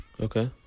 okay